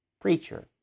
preacher